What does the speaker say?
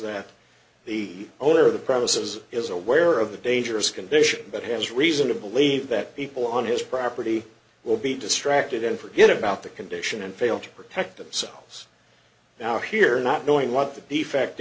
that the owner of the premises is aware of the dangerous condition but has reason to believe that people on his property will be distracted and forget about the condition and fail to protect themselves now here not knowing what the defect